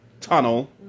tunnel